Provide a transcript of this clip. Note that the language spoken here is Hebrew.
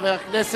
למה?